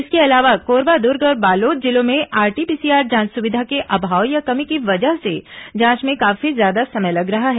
इसके अलावा कोरबा दुर्ग और बालोद जिलों में आरटी पीसीआर जांच सुविधा के अभाव या कमी की वजह से जांच में काफी ज्यादा समय लग रहा है